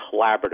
collaborative